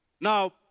Now